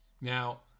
Now